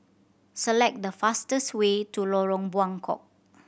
select the fastest way to Lorong Buangkok